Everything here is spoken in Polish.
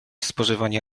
spożywanie